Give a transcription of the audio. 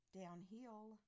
downhill